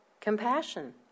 compassion